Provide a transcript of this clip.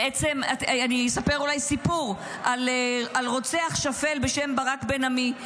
אולי אספר סיפור על רוצח שפל בשם ברק בן עמי,